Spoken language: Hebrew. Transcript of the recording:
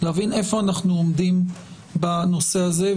ולהבין איפה אנחנו עומדים בנושא הזה.